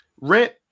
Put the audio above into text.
Rent